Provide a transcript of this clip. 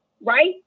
right